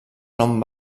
nom